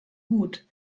gut